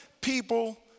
people